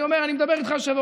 אני מדבר איתך,